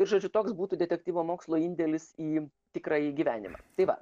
žodžiu toks būtų detektyvo mokslo indėlis į tikrąjį gyvenimą tai va